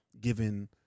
given